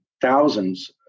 thousands